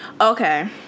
Okay